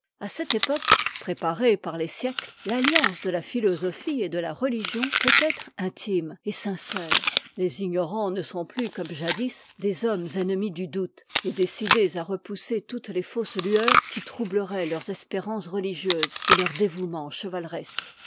à cette époque préparée par les siècles l'alliance de la philosophie et de la religion peut être intime et sincère les ignorants ne sont plus comme jadis des hommes ennemis du doute et décidés à repousser toutes les fausses lueurs qui troubleraient leurs espérances religieuses et leur dévouement chevaleresque